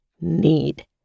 need